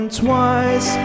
twice